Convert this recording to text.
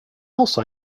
else